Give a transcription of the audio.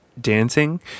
Dancing